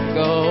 go